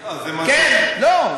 לא,